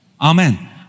Amen